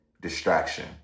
distraction